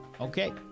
Okay